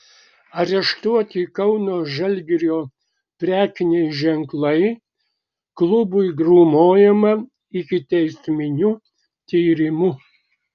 areštuoti kauno žalgirio prekiniai ženklai klubui grūmojama ikiteisminiu tyrimu